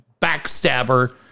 backstabber